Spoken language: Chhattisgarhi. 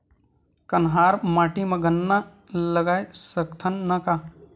कन्हार माटी म गन्ना लगय सकथ न का?